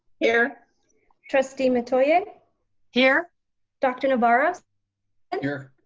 here trustee metoyer here dr. navarro and here